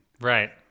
Right